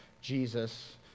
Jesus